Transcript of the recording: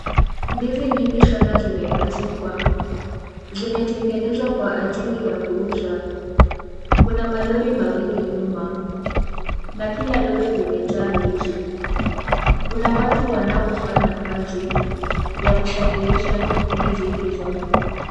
Ndizi nyingi sana zimepachika zimetengenezwa kwa ajili ya kuuza. Kuna malori mawili nyuma na kila lori limejaa ndizi. Kuna watu wanaofanya kazi yakusafirisha ndizi hizo.